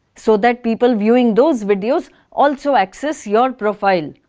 so that people viewing those videos also access your profile.